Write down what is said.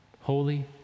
holy